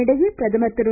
இதனிடையே பிரதமர் திரு